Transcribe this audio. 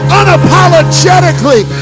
unapologetically